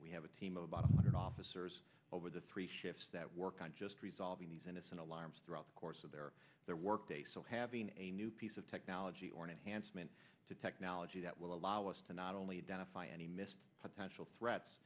we have a team of about one hundred officers over the three shifts that work on just resolving these innocent alarms throughout the course of their their work day so having a new piece of technology or an enhancement to technology that will allow us to not only identify any missed potential threats